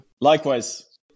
Likewise